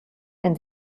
and